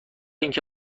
اینکه